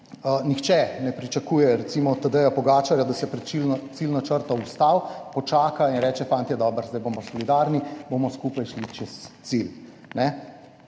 nihče ne pričakuje recimo od Tadeja Pogačarja, da se pred ciljno črto ustavi, počaka in reče, fantje, dobro, zdaj bomo solidarni, bomo skupaj šli čez cilj.